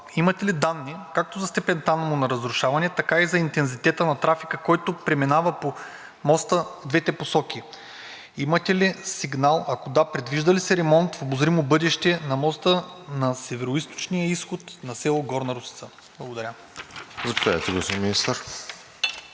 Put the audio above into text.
имате ли данни, както за степента му на разрушаване, така и за интензитета на трафика, който преминава по него в двете посоки? Имате ли сигнали – ако да, предвижда ли се ремонт в обозримо бъдеще на моста на североизточния изход на село Горна Росица? Благодаря. ПРЕДСЕДАТЕЛ РОСЕН